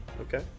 Okay